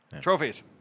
Trophies